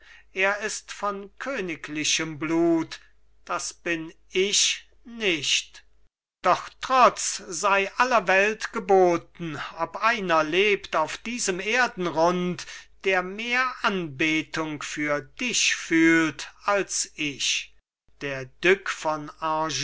er ist von königlichem blut das bin ich nicht doch trotz sei aller welt geboten ob einer lebt auf diesem erdenrund der mehr anbetung für dich fühlt als ich der duc von